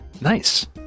nice